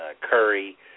Curry